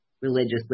religiously